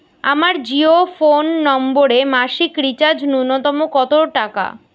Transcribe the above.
আমার জিও ফোন নম্বরে মাসিক রিচার্জ নূন্যতম কত টাকা?